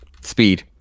Speed